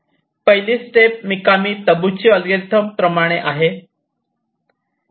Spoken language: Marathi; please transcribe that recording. पहिली स्टेप मिकामी तबुची अल्गोरिदम प्रमाणे आहे